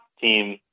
team